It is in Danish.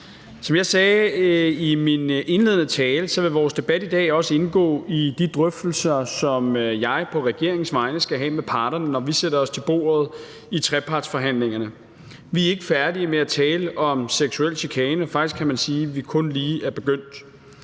Som jeg sagde i min indledende tale, vil vores debat i dag også indgå i de drøftelser, som jeg på regeringens vegne skal have med parterne, når vi sætter os til bordet i trepartsforhandlingerne. Vi er ikke færdige med at tale om seksuel chikane – faktisk kan man sige, at vi kun lige er begyndt.